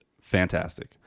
fantastic